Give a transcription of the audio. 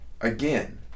Again